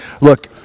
look